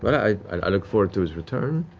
i look forward to his return.